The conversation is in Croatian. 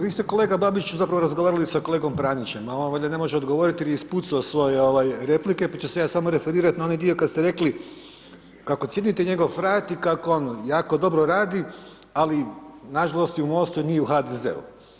Vi ste, kolega Babić zapravo razgovarali s kolegom Pranićem, a on valjda ne može odgovoriti jer je ispucao svoje replike pa ću se ja samo referirati na onaj dio kad ste rekli kako cijenite njegov rad i kako ono jako dobro radi, ali na žalost ni u MOST-u ni u HDZ-u.